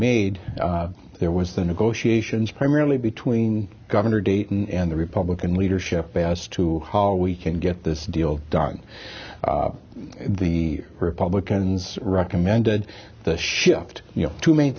made there was the negotiations primarily between governor dayton and the republican leadership as to how we can get this deal done the republicans recommended the shift you know two main